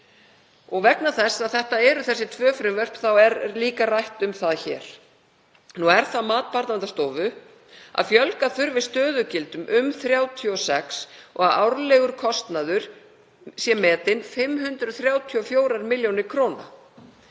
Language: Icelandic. Vegna þess að það eru þessi tvö frumvörp er líka rætt um það hér. Er það mat Barnaverndarstofu að fjölga þurfi stöðugildum um 36 og árlegur kostnaður er metinn 534 millj. kr.